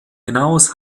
hinaus